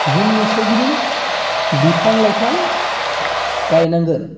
जोंनि सोरगिदिं बिफां लाइफां गायनांगोन